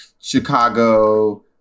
Chicago